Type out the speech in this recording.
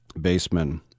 baseman